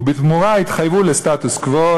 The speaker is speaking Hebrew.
ובתמורה התחייבו לסטטוס-קוו,